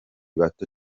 bato